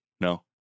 No